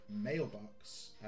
mailbox